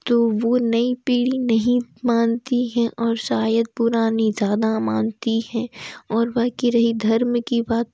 तो वो नई पीढ़ी नहीं मानती हैं और शायद पुरानी ज़्यादा मानती हैं और बाकी रही धर्म की बात